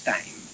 Time